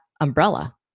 umbrella